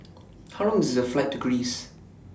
How Long IS The Flight to Greece